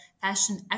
fashion